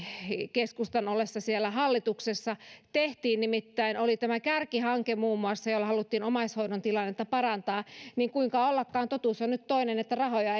keskustan ollessa hallituksessa tehtiin nimittäin oli muun muassa tämä kärkihanke jolla haluttiin omaishoidon tilannetta parantaa ja kuinka ollakaan totuus on nyt toinen eli rahoja